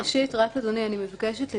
אדוני, אני מבקשת לדייק.